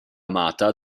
amata